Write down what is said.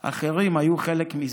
אחרים, היו חלק מזה.